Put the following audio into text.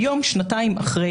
היום, שנתיים אחרי